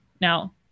Now